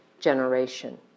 generation